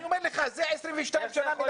אני אומר לך, זה 22 שנה מלמד בנגב.